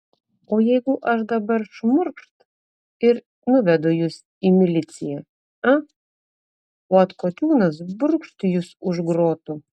o jeigu aš dabar šmurkšt ir nuvedu jus į miliciją a o atkočiūnas brūkšt jus už grotų